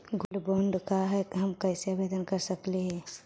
Gold bond का है, हम कैसे आवेदन कर सकली ही?